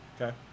Okay